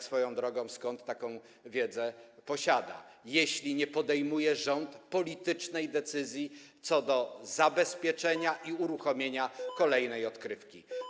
Swoją drogą skąd taką wiedzę posiada, skoro rząd nie podejmuje politycznej decyzji co do zabezpieczenia i uruchomienia kolejnej odkrywki?